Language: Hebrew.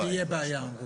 תהיה בעיה אמרו.